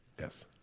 Yes